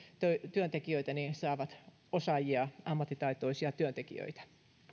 työntekijöitä saavat osaajia ammattitaitoisia työntekijöitä